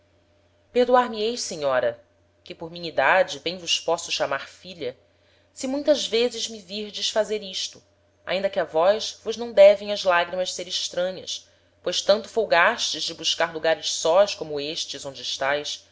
dizendo perdoar me eis senhora que por minha edade bem vos posso chamar filha se muitas vezes me virdes fazer isto ainda que a vós vos não devem as lagrimas ser estranhas pois tanto folgastes de buscar lugares sós como estes onde estaes